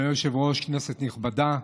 אדוני היושב-ראש, כנסת נכבדה,